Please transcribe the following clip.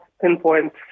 pinpoint